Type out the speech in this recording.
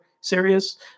serious